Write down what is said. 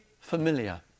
familiar